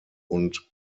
und